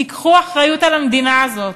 תיקחו אחריות על המדינה הזאת.